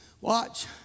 watch